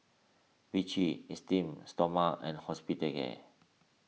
Vichy Esteem Stoma and